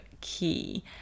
key